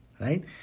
right